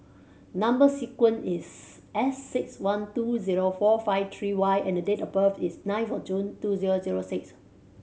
number sequence is S six one two zero four five three Y and date of birth is nine of June two zero zero six